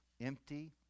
empty